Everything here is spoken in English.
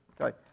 okay